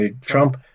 Trump